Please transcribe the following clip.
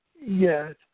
Yes